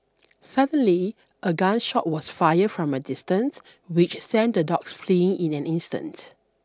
suddenly a gun shot was fired from a distance which sent the dogs fleeing in an instant